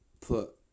put